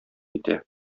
китә